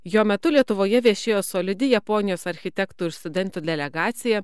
jo metu lietuvoje viešėjo solidi japonijos architektų ir studentų delegacija